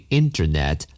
internet